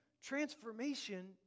transformation